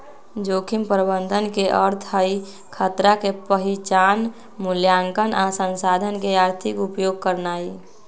जोखिम प्रबंधन के अर्थ हई खतरा के पहिचान, मुलायंकन आ संसाधन के आर्थिक उपयोग करनाइ